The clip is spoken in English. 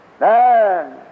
Man